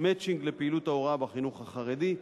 "מצ'ינג" לפעילות ההוראה בחינוך החרדי,